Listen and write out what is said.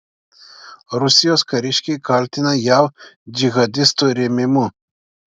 rusijos kariškiai kaltina jav džihadistų rėmimu